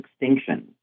extinction